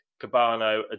Cabano